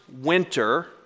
winter